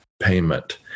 Payment